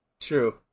True